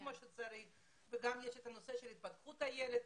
כמו שצריך ויש גם את הנושא של התפתחות הילד,